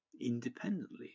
independently